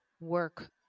work